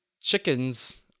chickens